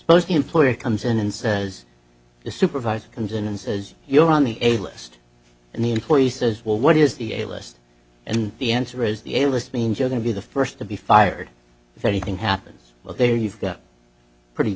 the employee comes in and says the supervisor comes in and says you're on the a list and the employee says well what is the a list and the answer is the a list means you're going to be the first to be fired if anything happens well there you've got pretty